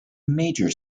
major